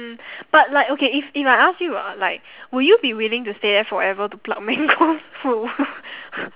mm but like okay if if I ask you ah like will you be willing to stay there forever to pluck mangoes